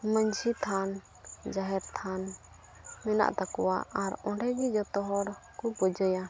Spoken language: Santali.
ᱢᱟᱺᱡᱷᱤ ᱛᱷᱟᱱ ᱡᱟᱦᱮᱨ ᱛᱷᱟᱱ ᱢᱮᱱᱟᱜ ᱛᱟᱠᱚᱣᱟ ᱟᱨ ᱚᱸᱰᱮᱜᱮ ᱡᱚᱛᱚ ᱦᱚᱲ ᱠᱚ ᱯᱩᱡᱟᱹᱭᱟ